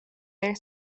their